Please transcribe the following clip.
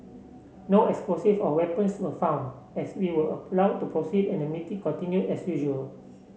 no explosive or weapons were found as we were allowed to proceed and the meeting continued as usual